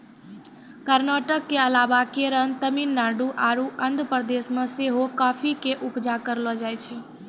कर्नाटक के अलावा केरल, तमिलनाडु आरु आंध्र प्रदेश मे सेहो काफी के उपजा करलो जाय छै